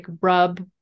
rub